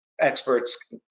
experts